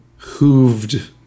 hooved